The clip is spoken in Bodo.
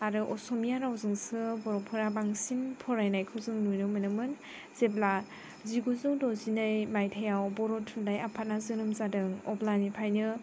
आरो असमिया रावजोंसो बर'फोरा बांसिन फरायनायखौ जों नुनो मोनोमोन जेब्ला जिगुजौ दजिनै माइथायाव बर' थुनलाइ आफादआ जोनोम जादों अब्लानिफ्रायनो